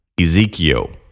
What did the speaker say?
Ezekiel